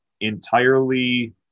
entirely